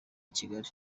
kigali